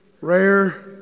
rare